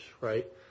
right